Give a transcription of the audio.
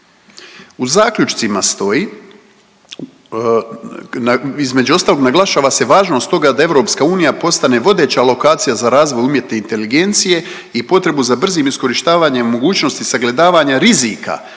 „U zaključcima stoji između ostalog naglašava se važnost toga da EU postane vodeća lokacija za razvoj umjetne inteligencije i potrebu za brzim iskorištavanjem mogućnosti sagledavanja rizika